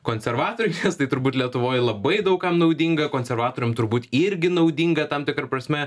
konservatoriais nes tai turbūt lietuvoj labai daug kam naudinga konservatoriams turbūt irgi naudinga tam tikra prasme